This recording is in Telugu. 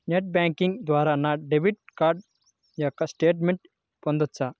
నెట్ బ్యాంకింగ్ ద్వారా నా డెబిట్ కార్డ్ యొక్క స్టేట్మెంట్ పొందవచ్చా?